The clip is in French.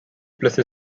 placer